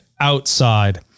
outside